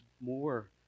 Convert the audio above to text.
more